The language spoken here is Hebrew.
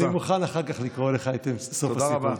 אני מוכן אחר כך לקרוא לך את סוף הסיפור.